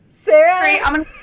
Sarah